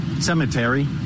cemetery